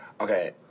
Okay